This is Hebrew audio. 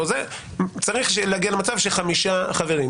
צריך להגיע למצב של חמישה חברים.